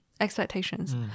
expectations